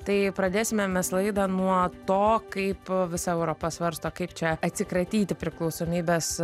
tai pradėsime mes laidą nuo to kaip visa europa svarsto kaip čia atsikratyti priklausomybės